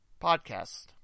podcast